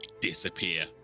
disappear